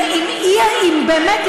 באמת,